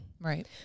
Right